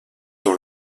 dans